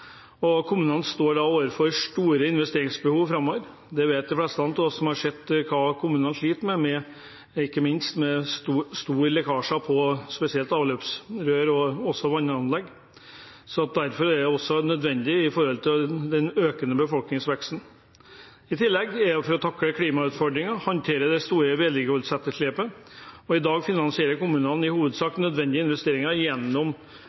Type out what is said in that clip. avløpsanlegg. Kommunene står overfor store investeringsbehov framover. Det vet de fleste av oss som har sett hva kommunene sliter med, ikke minst med store lekkasjer på spesielt avløpsrør og også på vannanlegg. Derfor er dette også nødvendig med hensyn til den økende befolkningsveksten og i tillegg for å takle klimautfordringene og håndtere det store vedlikeholdsetterslepet. I dag finansierer kommunene i hovedsak nødvendige investeringer på vann- og avløpsområdet gjennom